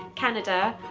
canada,